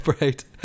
right